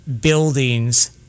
buildings